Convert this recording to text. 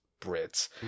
Brits